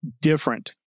different